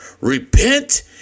Repent